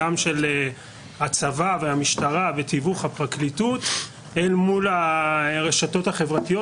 גם של הצבא והמשטרה בתיווך הפרקליטות אל מול הרשתות החברתיות